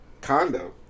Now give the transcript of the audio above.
condo